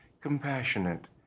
compassionate